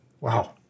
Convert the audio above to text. Wow